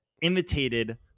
imitated